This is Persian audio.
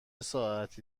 ساعتی